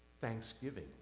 thanksgiving